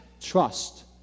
trust